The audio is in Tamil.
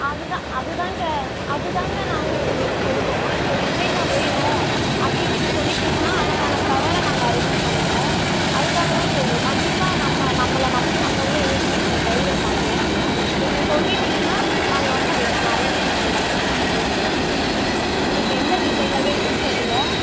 அதுதான் அதுதாங்க அதுதாங்க நாங்கள் உங்களுக்கு சொல்கிறோம் இந்த டிசைனில் வேணும் அப்படின்னு நீங்கள் சொல்லிட்டீங்கன்னால் அதுக்கான ஃப்ளவரை நாங்கள் அரேஞ்ச் பண்ணுவோம் அதுக்காகதான் சொல்கிறோம் கண்டிப்பாக நம்ம நம்மளை நம்பி வந்தவங்கள என்றைக்குமே நாங்கள் கைவிட மாட்டோம் நீங்கள் சொல்லிட்டீங்கன்னால் நாங்கள் வந்து அதுக்கான அரேஞ்ச்மெண்ட் எல்லாமே நாங்கள் பண்ணிடுவோம் நீங்கள் எந்த டிசைனில் வேணும்னு சொல்லுங்கள்